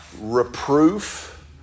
reproof